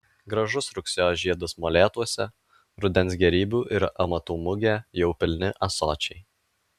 gražus rugsėjo žiedas molėtuose rudens gėrybių ir amatų mugė jau pilni ąsočiai